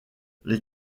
les